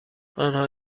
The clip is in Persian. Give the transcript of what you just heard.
آنها